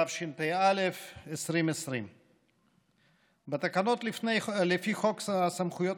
התשפ"א 2020. בתקנות לפי חוק סמכויות